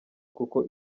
kuko